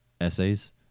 essays